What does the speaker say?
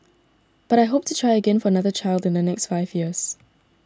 but I hope to try again for another child in the next five years